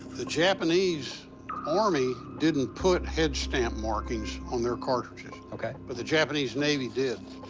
the japanese army didn't put head stamp markings on their cartridges. okay. but the japanese navy did,